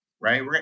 right